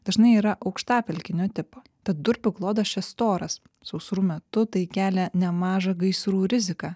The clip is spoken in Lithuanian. dažnai yra aukštapelkinio tipo tad durpių klodas čia storas sausrų metu tai kelia nemažą gaisrų riziką